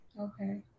Okay